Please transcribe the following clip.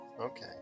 Okay